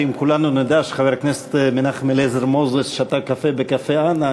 שאם כולנו נדע שחבר הכנסת מנחם אליעזר מוזס שתה קפה בקפה אנה,